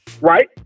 right